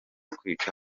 kwica